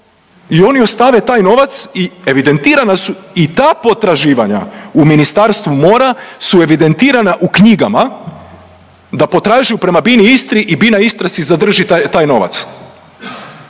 I oni ostave taj novac i evidentirana su i ta potraživanja u Ministarstvu mora su evidentirana u knjigama da potražuju prema Bini Istra i Bina Istra si zadrži taj novac.